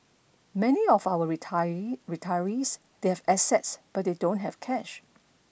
many of our retirees they have assets but they don't have cash